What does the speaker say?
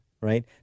right